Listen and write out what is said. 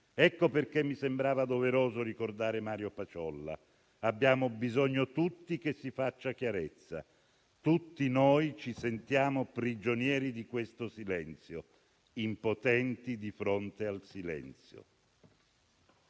Per questo mi è sembrato doveroso ricordare Mario Paciolla. Abbiamo bisogno tutti che si faccia chiarezza. Tutti noi ci sentiamo prigionieri di questo silenzio, impotenti di fronte al silenzio